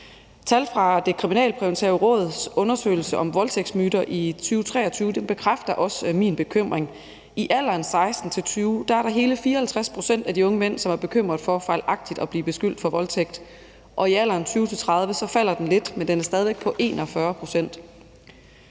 Tal fra Det Kriminalpræventive Råds undersøgelse om voldtægtsmyter i 2023 bekræfter også min bekymring. I alderen 16-20 år er der hele 54 pct. af de unge mænd, som er bekymret for fejlagtigt at blive beskyldt for voldtægt, og i alderen 20-30 år falder den lidt, men den er stadig væk på 41 pct.